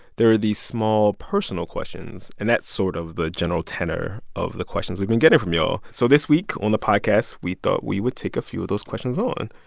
there are these small, personal questions. and that's sort of the general tenor of the questions we've been getting from y'all. so this week on the podcast, we thought we would take a few of those questions on.